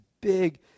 big